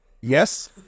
Yes